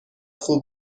خوب